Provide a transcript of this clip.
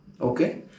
Okay